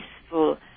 peaceful